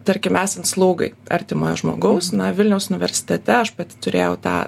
tarkim esant slaugai artimojo žmogaus na vilniaus universitete aš pati turėjau tą